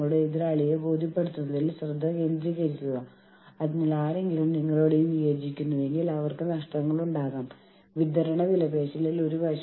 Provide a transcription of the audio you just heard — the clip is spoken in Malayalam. ഒരു യൂണിയൻ ഒഴിവാക്കൽ തന്ത്രത്തെക്കുറിച്ച് നമ്മൾ തീരുമാനിക്കുമ്പോൾ നമുക്ക് അത് രണ്ട് തരത്തിൽ ചെയ്യാം